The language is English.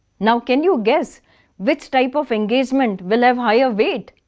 now, can you guess which type of engagement will have higher weight?